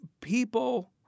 people